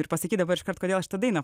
ir pasakyt dabar iškart kodėl aš šitą daina